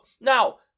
Now